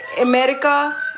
America